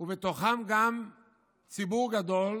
ובתוכן גם ציבור גדול